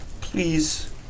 Please